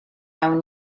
awn